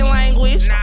language